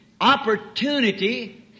opportunity